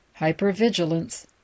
hypervigilance